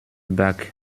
bac